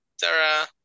Sarah